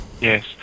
Yes